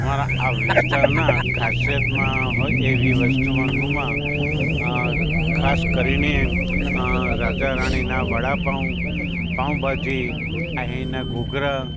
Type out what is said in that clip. અમારા આ વિસ્તારના ખાસિયતમાં હોય એવી વસ્તુમાં ગુમા ખાસ કરીને રાધારાણીના વડાપાંવ પાંવભાજી અહીંના ઘૂઘરા